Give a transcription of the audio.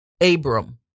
Abram